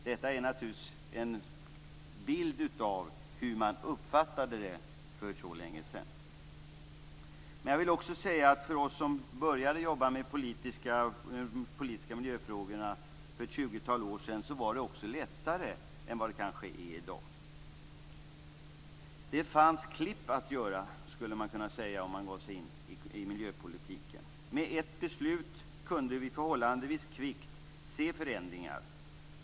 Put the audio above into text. Detta ger en bild av hur man uppfattade det hela för så länge sedan. Men för oss som började jobba med de politiska miljöfrågorna för ett 20-tal år sedan var det kanske också lättare än vad det är i dag. Det fanns klipp att göra om man gav sig in i miljöpolitiken, skulle man kunna säga. Med ett beslut kunde vi förhållandevis kvickt se förändringar.